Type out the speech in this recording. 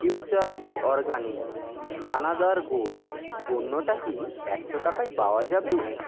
future Organics দানাদার গুড় পণ্যটা কি একশো টাকায় পাওয়া যাবে